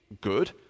good